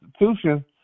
institution